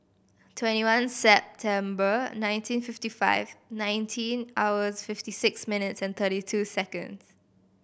twenty one September nineteen fifty five nineteen hours fifty six minutes and thirty two seconds